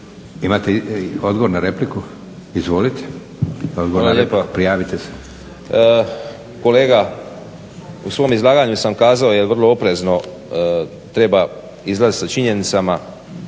Imate odgovor na repliku? Izvolite. **Baranović, Petar (HNS)** Hvala lijepa. Kolega, u svom izlaganju sam kazao jer vrlo oprezno treba izlazit sa činjenicama,